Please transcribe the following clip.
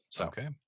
Okay